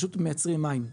פשוט מייצרים מים,